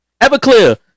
Everclear